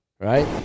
right